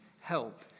help